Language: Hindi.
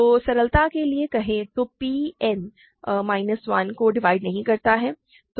तो सरलता के लिए कहें कि p n माइनस 1 को डिवाइड नहीं करता है